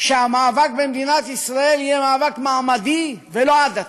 שהמאבק במדינת ישראל יהיה מאבק מעמדי, ולא עדתי,